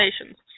stations